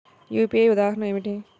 UPI ఉదాహరణ ఏమిటి?